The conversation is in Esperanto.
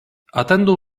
atendu